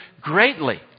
greatly